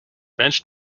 bench